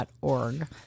org